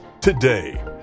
today